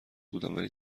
بودم، ولی